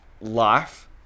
life